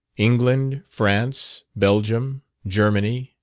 england, france, belgium, germany,